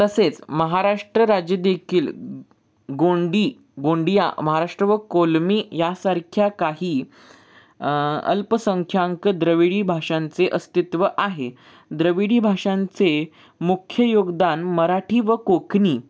तसेच महाराष्ट्र राज्य देखील गोंडी गोंडी महाराष्ट्र व कोलामी यासारख्या काही अल्पसंख्यांक द्रविडी भाषांचे अस्तित्व आहे द्रविडी भाषांचे मुख्य योगदान मराठी व कोकणी